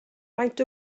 faint